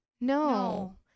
no